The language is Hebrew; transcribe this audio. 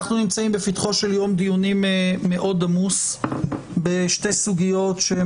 אנו נמצאים בפתחו של יום דיונים מאוד עמוס בשתי סוגיות שהן